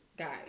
Guys